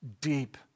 deep